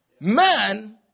Man